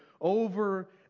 over